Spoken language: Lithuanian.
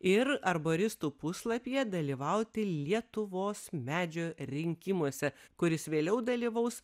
ir arboristų puslapyje dalyvauti lietuvos medžio rinkimuose kuris vėliau dalyvaus